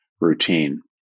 routine